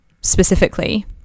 specifically